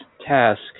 task